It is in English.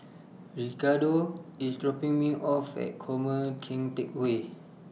Ricardo IS dropping Me off At Former Keng Teck Whay